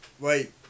Wait